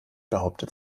behauptet